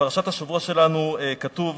בפרשת השבוע שלנו כתוב: